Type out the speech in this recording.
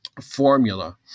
formula